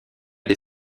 des